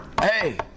Hey